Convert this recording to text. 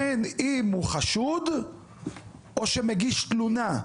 בין אם הוא חשוד או שמגיש תלונה,